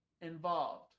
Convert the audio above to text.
involved